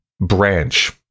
branch